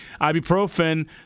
ibuprofen